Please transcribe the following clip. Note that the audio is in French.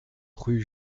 rue